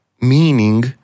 meaning